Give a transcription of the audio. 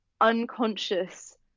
unconscious